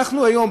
והיום,